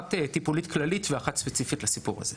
האחת טיפולית כללית והשנייה ספציפית לנושא הזה.